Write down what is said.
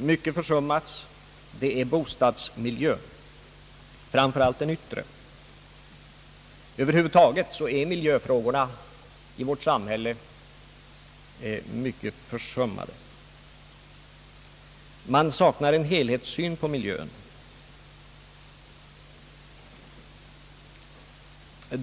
mycket försummats är frågan om bostadsmiljön, framför allt den yttre. Över huvud taget är miljöfrågorna i vårt samhälle mycket försummade. Man saknar en helhetssyn på miljön.